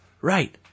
Right